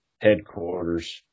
headquarters